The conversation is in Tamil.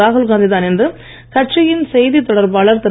ராகுல்காந்திதான் என்று கட்சியின் செய்தித் தொடர்பாளர் திரு